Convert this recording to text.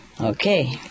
Okay